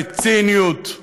בציניות,